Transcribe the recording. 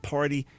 Party